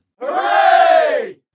Hooray